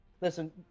Listen –